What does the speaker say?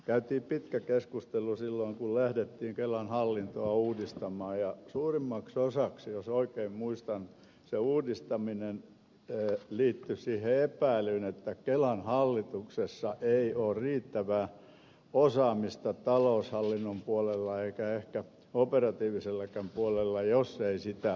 käytiin pitkä keskustelu silloin kun lähdettiin kelan hallintoa uudistamaan ja suurimmaksi osaksi jos oikein muistan se uudistaminen liittyi siihen epäilyyn että kelan hallituksessa ei ole riittävää osaamista taloushallinnon puolella eikä ehkä operatiivisellakaan puolella jos ei sitä ulkoisteta